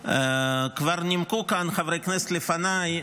כבר נימקו כאן חברי כנסת לפניי.